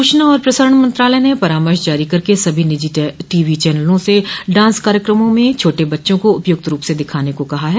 सूचना और प्रसारण मंत्रालय ने परामर्श जारी करके सभी निजी टी वी चैनलों से डांस कार्यक्रमों में छोटे बच्चों को उपयुक्त रूप से दिखाने को कहा है